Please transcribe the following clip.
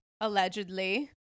allegedly